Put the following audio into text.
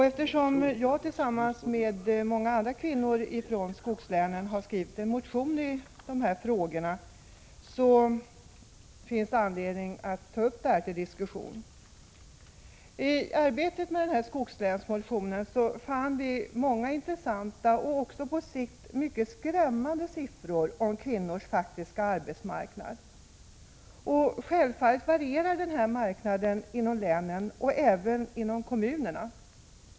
Eftersom jag tillsammans med några andra kvinnor från skogslän har skrivit en motion om dessa frågor, tycker jag att det finns anledning att ta upp detta till diskussion. I arbetet med skogslänsmotionen fann vi många intressanta och på sikt mycket skrämmande uppgifter om kvinnors faktiska arbetsmarknad. Självfallet varierar marknaden inom länen och även inom kommunerna.